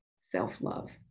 self-love